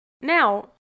Now